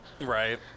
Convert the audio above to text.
Right